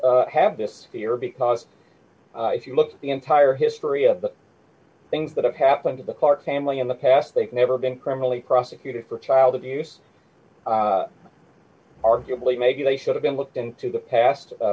s have this fear because if you look at the entire history of the things that have happened in the park family in the past they've never been criminally prosecuted for child abuse arguably maybe they should have been looked into the past